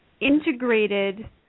integrated